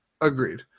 Agreed